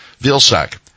Vilsack